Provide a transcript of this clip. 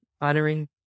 honoring